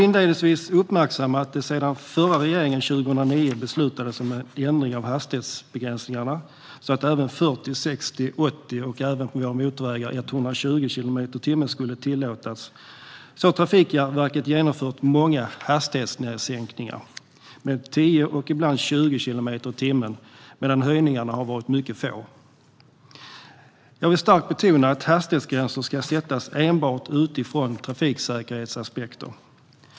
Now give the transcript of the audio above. Sedan det under förra regeringen 2009 beslutades om en ändring av hastighetsbegränsningarna, så att även 40, 60, 80 och på våra motorvägar 120 kilometer i timmen skulle tillåtas, har Trafikverket genomfört många hastighetsnedsänkningar med 10 och ibland 20 kilometer i timmen, medan höjningarna har varit mycket få. Jag vill starkt betona att hastighetsgränser ska sättas enbart utifrån trafiksäkerhetsaspekter.